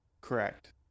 Correct